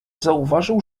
zauważył